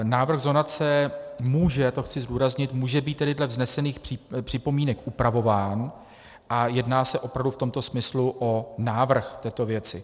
Návrh zonace může to chci zdůraznit může být tedy dle vznesených připomínek upravován a jedná se opravdu v tomto smyslu o návrh této věci.